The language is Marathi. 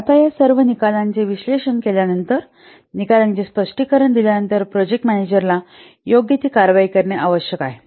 आता या सर्व निकालांचे विश्लेषण केल्यानंतर निकालांचे स्पष्टीकरण दिल्यानंतर प्रोजेक्ट मॅनेजरला योग्य ती कारवाई करणे आवश्यक आहे